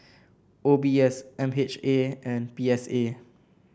O B S M H A and P S A